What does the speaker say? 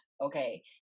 okay